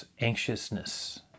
anxiousness